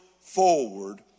forward